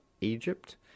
Egypt